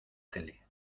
tele